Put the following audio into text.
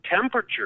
temperature